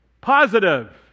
positive